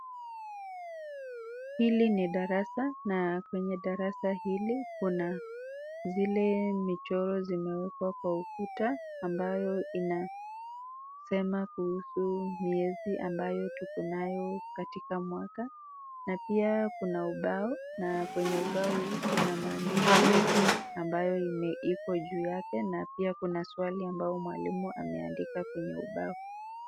Hili ni darasa na kwenye darasa hili kuna zile michoro zimewekwa kwa ukuta ambayo inasema kuhusu miezi ambayo tuko nayo katika mwaka. Na pia kuna ubao na kwenye ubao huu kuna mandishi ambayo iko juu yake. Na pia kuna swali ambao mwalimu ameandikwa kwenye ubao.